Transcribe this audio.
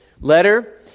letter